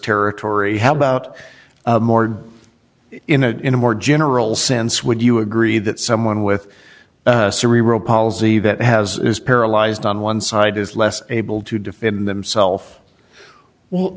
territory how about more in a in a more general sense would you agree that someone with cerebral palsy that has is paralyzed on one side is less able to defend themself well